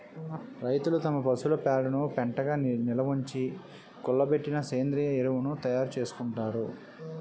రైతులు తమ పశువుల పేడను పెంటగా నిలవుంచి, కుళ్ళబెట్టి సేంద్రీయ ఎరువును తయారు చేసుకుంటారు